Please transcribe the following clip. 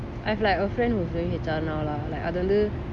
I've like a friend H_R now lah அது வந்து:athu vanthu